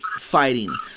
fighting